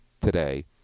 today